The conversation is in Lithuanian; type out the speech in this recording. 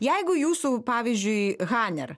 jeigu jūsų pavyzdžiui haner